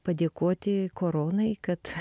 padėkoti koronai kad